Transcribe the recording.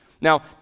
Now